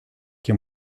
que